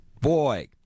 Boy